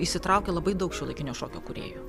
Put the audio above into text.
įsitraukia labai daug šiuolaikinio šokio kūrėjų